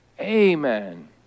Amen